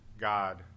God